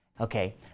Okay